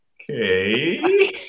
okay